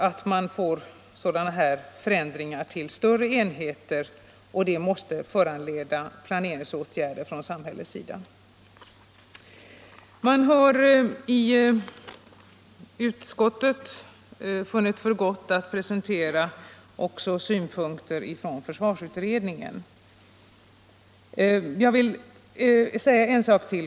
Att det blir sådana här förändringar till större enheter skärper problemen, och detta måste leda till planeringsåtgärder från samhällets sida.